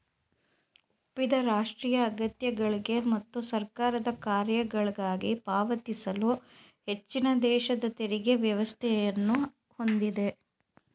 ಒಪ್ಪಿದ ರಾಷ್ಟ್ರೀಯ ಅಗತ್ಯಗಳ್ಗೆ ಮತ್ತು ಸರ್ಕಾರದ ಕಾರ್ಯಗಳ್ಗಾಗಿ ಪಾವತಿಸಲು ಹೆಚ್ಚಿನದೇಶದ ತೆರಿಗೆ ವ್ಯವಸ್ಥೆಯನ್ನ ಹೊಂದಿದೆ